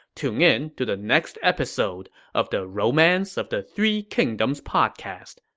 tune in to the next episode of the romance of the three kingdoms podcast.